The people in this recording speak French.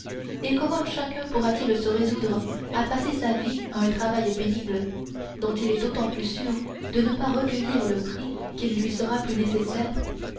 et comment chacun pourra-t-il se résoudre à passer sa vie à un travail pénible dont il est d'autant plus sûr de ne pas recueillir le prix qu'il lui sera plus nécessaire